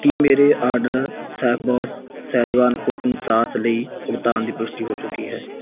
ਕੀ ਮੇਰੇ order Chef Boss Schezwan cooking sauce ਲਈ ਭੁਗਤਾਨ ਦੀ ਪੁਸ਼ਟੀ ਹੋ ਚੁੱਕੀ ਹੈ